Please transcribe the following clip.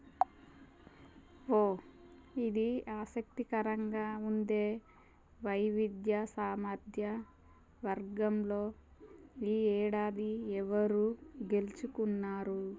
ఓ ఇది ఆసక్తికరంగా ఉందే వైవిధ్య సామర్థ్య వర్గంలో ఈ ఏడాది ఎవరు గెలుచుకున్నారు